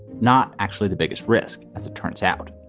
not actually the biggest risk, as it turns out.